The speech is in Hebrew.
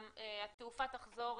התעופה תחזור